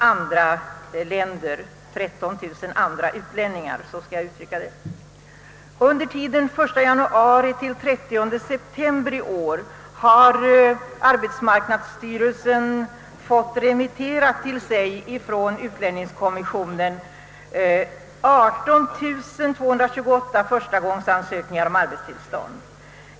Under tiden 1 januari till 30 september i år har från utlänningskommissionen till arbetsmarknadsstyrelsen remitterats 18 228 förstagångsansökningar om arbetstillstånd.